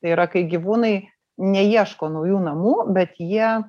tai yra kai gyvūnai neieško naujų namų bet jie